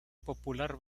popular